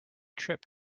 trip